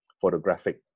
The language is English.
photographic